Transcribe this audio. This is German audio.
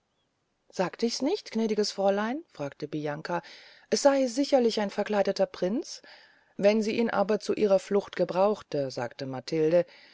sagt ich nicht gnädiges fräulein fragte bianca es sey sicherlich ein verkleideter prinz wenn sie ihn aber zu ihrer flucht gebrauchte sagte matilde